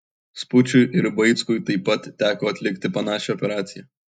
špuciui ir vaickui taip pat teko atlikti panašią operaciją